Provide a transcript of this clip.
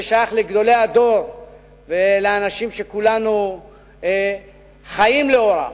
ששייך לגדולי הדור ולאנשים שכולנו חיים לאורם.